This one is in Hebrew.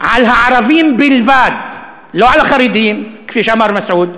על הערבים בלבד, לא על החרדים, כפי שאמר מסעוד,